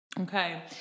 Okay